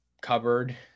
cupboard